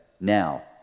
Now